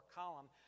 column